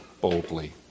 boldly